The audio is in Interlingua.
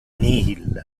nihil